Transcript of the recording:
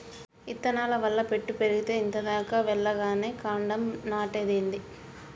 ఇత్తనాల వల్ల పెట్టు పెరిగేతే ఇంత దాకా వెల్లగానే కాండం నాటేదేంది